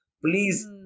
Please